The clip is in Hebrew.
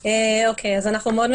לכם כתום וחום או שזה לא מתייחס לזה?